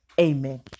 Amen